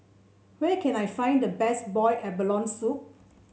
where can I find the best Boiled Abalone Soup